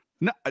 No